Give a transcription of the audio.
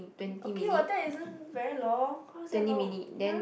okay what that isn't very long who say long ya